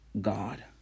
God